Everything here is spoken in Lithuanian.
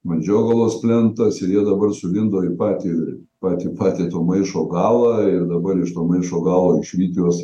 vandžiogalos plentas ir jie dabar sulindo į patį patį patį to maišo galą ir dabar iš to maišo galo išvyt juos